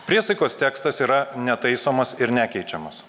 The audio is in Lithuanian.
priesaikos tekstas yra netaisomas ir nekeičiamas